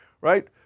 right